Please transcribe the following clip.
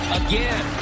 again